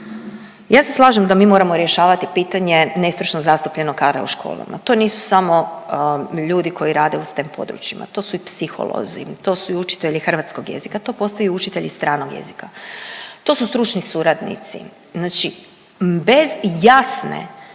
Ja se slažem da mi moramo rješavati pitanje nestručno zastupljenog kadra u školama. To nisu samo ljudi koji rade u STEM područjima, to su i psiholozi, to su i učitelji hrvatskog jezika, to postaju i učitelji stranog jezika. To su stručni suradnici, znači bez jasne